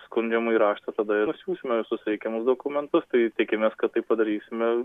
skundžiamąjį raštą tada ir atsiųsime visus reikiamus dokumentus tai tikimės kad tai padarysime